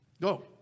Go